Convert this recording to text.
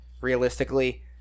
Realistically